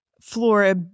flora